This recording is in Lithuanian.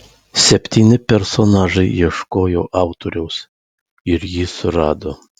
septyni personažai ieškojo autoriaus ir jį surado